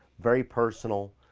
very personal,